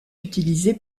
utilisé